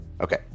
Okay